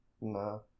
No